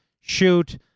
shoot